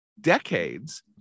decades